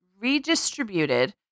redistributed